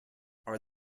are